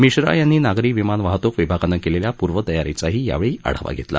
मिश्रा यांनी नागरी विमान वाहतूक विभागानं केलेल्या पूर्वतयारीचाही आढावा घेतला